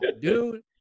dude